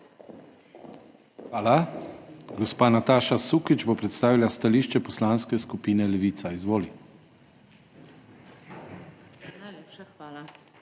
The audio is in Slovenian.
Hvala. Gospa Nataša Sukič bo predstavila stališče Poslanske skupine Levica. Izvoli. **NATAŠA SUKIČ